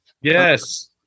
Yes